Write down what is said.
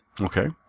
Okay